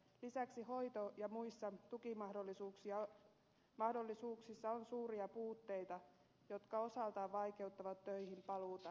lisäksi hoito ja muissa tukimahdollisuuksissa on suuria puutteita jotka osaltaan vaikeuttavat töihin paluuta